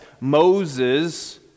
Moses